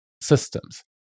systems